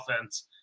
offense